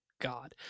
god